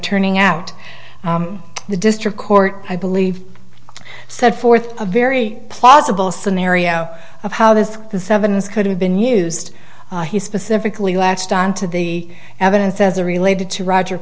turning out the district court i believe set forth a very plausible scenario of how this seven is could have been used he specifically latched on to the evidence as a related to roger